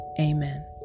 Amen